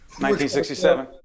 1967